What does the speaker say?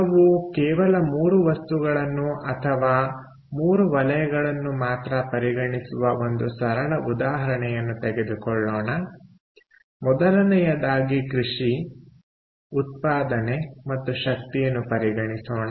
ನಾವು ಕೇವಲ 3 ವಸ್ತುಗಳನ್ನು ಅಥವಾ 3 ವಲಯಗಳನ್ನು ಮಾತ್ರ ಪರಿಗಣಿಸುವ ಒಂದು ಸರಳ ಉದಾಹರಣೆಯನ್ನು ತೆಗೆದುಕೊಳ್ಳೋಣ ಮೊದಲನೆಯದಾಗಿ ಕೃಷಿ ಉತ್ಪಾದನೆ ಮತ್ತು ಶಕ್ತಿಯನ್ನು ಪರಿಗಣಿಸೋಣ